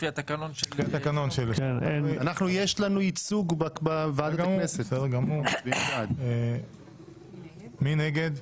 מי נגד.